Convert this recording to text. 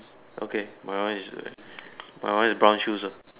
okay my one is my one is brown shoes ah